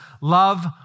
love